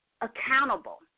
accountable